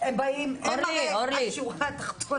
אם הם הרי השורה התחתונה.